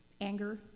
Anger